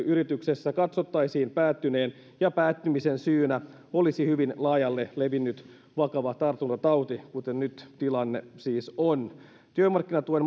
yrityksessä katsottaisiin päättyneen ja päättymisen syynä olisi hyvin laajalle levinnyt vakava tartuntatauti kuten nyt tilanne siis on työmarkkinatuen